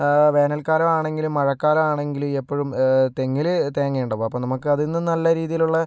ഇപ്പോൾ വേനൽക്കാലമാണെങ്കിലും മഴക്കാലാമാണെങ്കിലും എപ്പോഴും തെങ്ങില് തേങ്ങ ഉണ്ടാകും അപ്പോൾ നമുക്കത് ഇന്ന് നല്ല രീതിയിലുള്ള